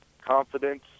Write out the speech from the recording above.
confidence